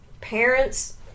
parents